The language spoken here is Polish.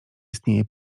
istnieje